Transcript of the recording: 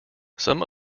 some